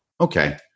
Okay